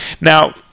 Now